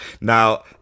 Now